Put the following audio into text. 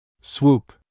swoop